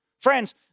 Friends